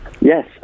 Yes